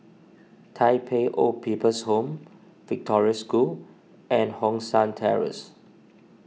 Tai Pei Old People's Home Victoria School and Hong San Terrace